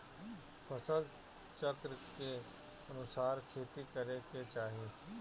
फसल चक्र के अनुसार खेती करे के चाही